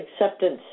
Acceptance